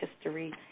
History